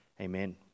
Amen